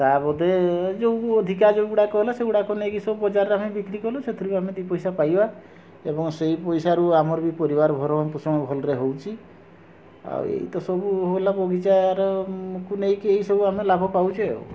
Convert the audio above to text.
ତା' ବାଦ୍ ଯେଉଁ ଅଧିକା ଯେଉଁଗୁଡ଼ାକ ହେଲା ସେଗୁଡ଼ାକ ନେଇକି ସବୁ ବଜାରରେ ଆମେ ବିକ୍ରୀ କଲୁ ସେଥିରୁ ବି ଆମ ଦୁଇ ପଇସା ପାଇବା ଏବଂ ସେଇ ପଇସାରୁ ଆମର ବି ପରିବାର ଭରଣପୋଷଣ ଭଲରେ ହେଉଛି ଆଉ ଏଇ ତ ସବୁ ହେଲା ବଗିଚାର କୁ ନେଇକି ଏହିସବୁ ଆମେ ଲାଭ ପାଉଛେ ଆଉ